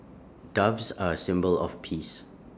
doves are A symbol of peace